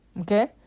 okay